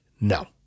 No